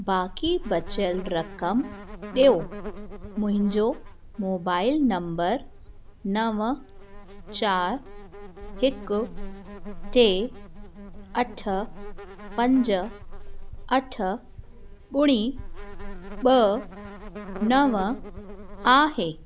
बाक़ी बचियलु रक़म ॾियो मुंहिंजो मोबाइल नम्बर नव चारि हिकु टे अठ पंज अठ ॿुड़ी ॿ नव आहे